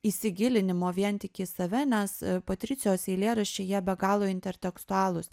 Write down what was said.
įsigilinimo vien tik į save nes patricijos eilėraščiai jie be galo intertekstualūs